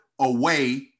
away